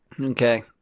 Okay